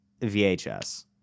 VHS